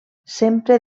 sempre